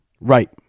Right